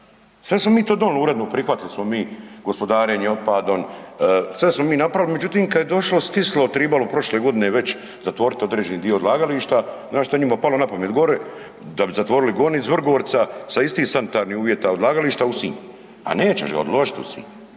Sve smo mi to donili, uredno prihvatili smo mi gospodarenje otpadom, međutim kad je došlo, stislo tribalo prošle godine već zatvoriti određeni dio odlagališta naš šta je njima palo napamet gore, da bi zatvorili … Vrgorca sa istih sanitarnih uvjeta odlagališta u Sinj. A nećeš ga odložiti u Sinj,